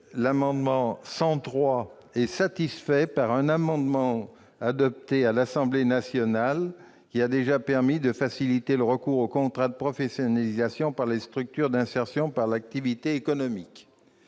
L'amendement n° 103 rectifié est satisfait par un amendement déjà adopté par l'Assemblée nationale, qui a permis de faciliter le recours aux contrats de professionnalisation pour les structures d'insertion par l'activité économique-